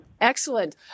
Excellent